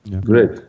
Great